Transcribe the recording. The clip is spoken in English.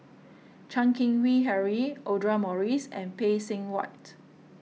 Chan Keng Howe Harry Audra Morrice and Phay Seng Whatt